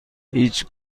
هیچ